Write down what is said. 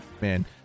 Man